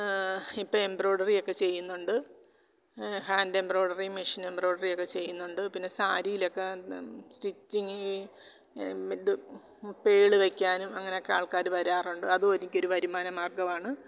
ഇപ്പോൾ എംബ്രോയ്ഡറി ഒക്കെ ചെയ്യുന്നുണ്ട് ഹാൻഡ് എംബ്രോയ്ഡറി മെഷീൻ എംബ്രോയ്ഡറി ഒക്കെ ചെയ്യുന്നുണ്ട് പിന്നെ സാരിയിലൊക്കെ സ്റ്റിച്ചിംഗ് ഇത് പേള് വയ്ക്കാനും അങ്ങനെയൊക്കെ ആൾക്കാർ വരാറുണ്ട് അതു എനിക്ക് ഒരു വരുമാന മാർഗ്ഗമാണ്